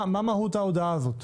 מה מהות ההודעה הזאת?